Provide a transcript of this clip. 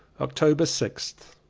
october sixth.